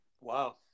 Wow